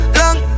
long